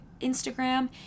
Instagram